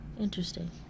interesting